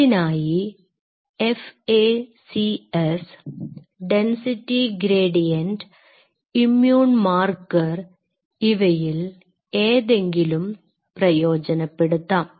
അതിനായി FACS density gradient immune marker ഇവയിൽ ഏതെങ്കിലും പ്രയോജനപ്പെടുത്താം